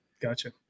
Gotcha